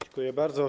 Dziękuję bardzo.